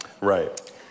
Right